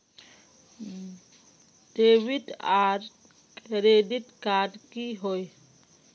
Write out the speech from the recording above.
Debit आर credit card की होय?